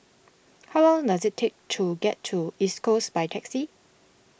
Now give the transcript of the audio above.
how long does it take to get to East Coast by taxi